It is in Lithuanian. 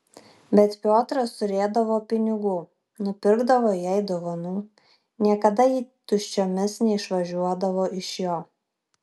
bet piotras turėdavo pinigų nupirkdavo jai dovanų niekada ji tuščiomis neišvažiuodavo iš jo